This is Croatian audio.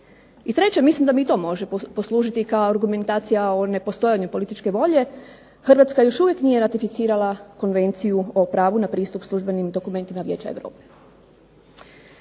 I treće, mislim da mi to može poslužiti kao argumentacija o nepostojanju političke volje. Hrvatska još uvijek nije ratificirala Konvenciju o pravu na pristup službenim dokumentima Vijeća Europe.